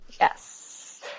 Yes